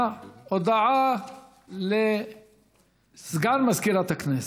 הודעה לסגן מזכירת הכנסת.